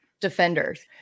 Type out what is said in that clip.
defenders